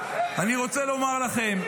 אני רוצה לומר לכם,